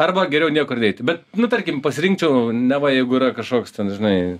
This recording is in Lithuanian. arba geriau niekur neiti bet nu tarkim pasirinkčiau neva jeigu yra kažkoks ten žinai